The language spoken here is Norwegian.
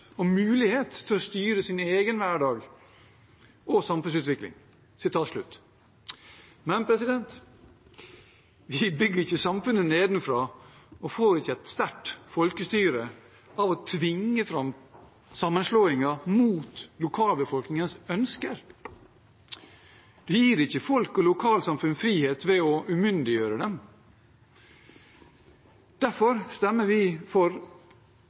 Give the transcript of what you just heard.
og mulighet til å styre sin egen hverdag og samfunnsutvikling.» Men vi bygger ikke samfunnet nedenfra og får ikke sterkt folkestyre av å tvinge fram sammenslåinger mot lokalbefolkningens ønsker. Vi gir ikke folk og lokalsamfunn frihet ved å umyndiggjøre dem. Derfor stemmer vi for